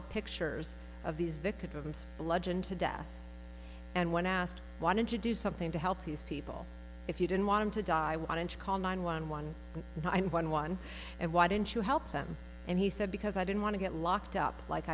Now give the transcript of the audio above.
of pictures of these victims bludgeoned to death and when asked why didn't you do something to help these people if you didn't want them to die one inch call nine one one one one and why didn't you help them and he said because i didn't want to get locked up like